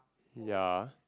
ya